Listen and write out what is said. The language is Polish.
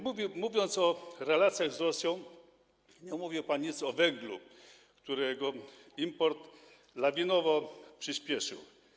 Mówiąc o relacjach z Rosją, nie powiedział pan nic o węglu, którego import lawinowo przyspieszył.